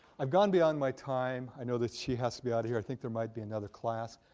i've gone beyond my time. i know that she has to be out of here. i think there might be another class.